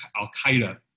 Al-Qaeda